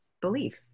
belief